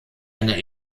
einer